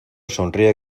sonríe